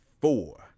four